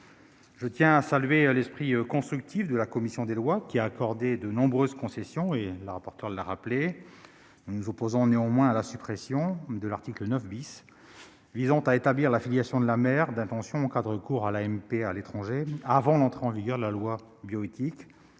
Je tiens à saluer l'esprit constructif de la commission des lois, qui a consenti de nombreuses concessions, comme Mme le rapporteur l'a rappelé. Nous nous opposons néanmoins à la suppression de l'article 9 visant à établir la filiation de la mère d'intention dans le cas d'une AMP réalisée à l'étranger avant l'entrée en vigueur de la loi relative